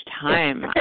time